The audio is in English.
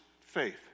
faith